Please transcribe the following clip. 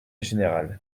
général